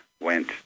went